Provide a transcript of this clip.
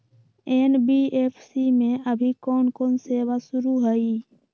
NBFC में अभी कोन कोन सेवा शुरु हई?